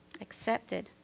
Accepted